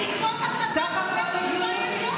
זה בהסכמה גם היום.